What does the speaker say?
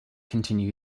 continue